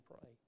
pray